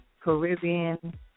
Caribbean